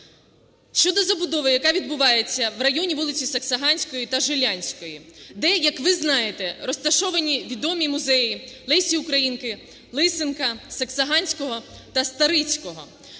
щодо забудови, яка відбувається у районі вулиці Саксаганського та Жилянської, де, як ви знаєте, розташовані відомі музеї: Лесі Українки, Лисенка, Саксаганського та Старицького.